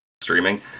streaming